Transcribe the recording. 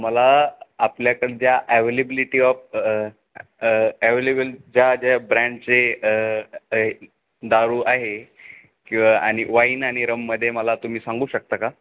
मला आपल्याकडं ज्या ॲवेलेबिलिटी ऑफ ॲव्हेलेबल ज्या ज्या ब्रँडचे दारू आहे किंवा आणि वाईन आणि रममध्ये मला तुम्ही सांगू शकता का